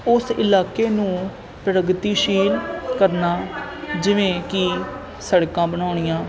ਉਸ ਇਲਾਕੇ ਨੂੰ ਪ੍ਰਗਤੀਸ਼ੀਲ ਕਰਨਾ ਜਿਵੇਂ ਕਿ ਸੜਕਾਂ ਬਣਾਉਣੀਆਂ